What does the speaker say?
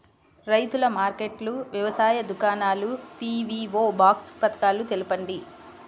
రైతుల మార్కెట్లు, వ్యవసాయ దుకాణాలు, పీ.వీ.ఓ బాక్స్ పథకాలు తెలుపండి?